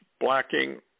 blacking